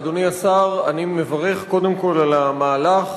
אדוני השר, אני מברך קודם כול על המהלך